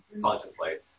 contemplate